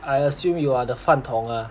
I assume you are the 饭桶啊